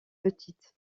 petite